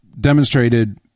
demonstrated